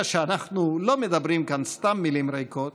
שאנחנו לא מדברים כאן סתם במילים ריקות,